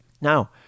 Now